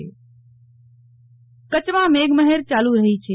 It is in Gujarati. નેહલ ઠક્કર વરસાદ કચ્છમાં મેઘમહેર ચાલુ રહી છે